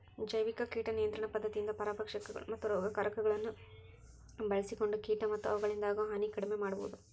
ಜೈವಿಕ ಕೇಟ ನಿಯಂತ್ರಣ ಪದ್ಧತಿಯಿಂದ ಪರಭಕ್ಷಕಗಳು, ಮತ್ತ ರೋಗಕಾರಕಗಳನ್ನ ಬಳ್ಸಿಕೊಂಡ ಕೇಟ ಮತ್ತ ಅವುಗಳಿಂದಾಗೋ ಹಾನಿ ಕಡಿಮೆ ಮಾಡಬೋದು